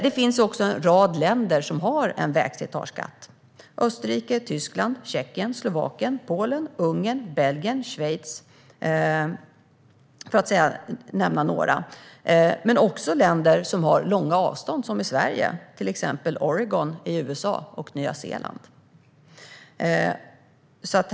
Det finns en rad länder som har vägslitageskatt: Österrike, Tyskland, Tjeckien, Slovakien, Polen, Ungern, Belgien och Schweiz, för att nämna några, men också länder som liksom Sverige har långa avstånd, till exempel Oregon i USA och Nya Zeeland.